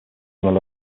from